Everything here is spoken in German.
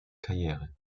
karriere